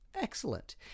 Excellent